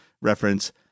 reference